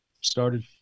started